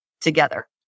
together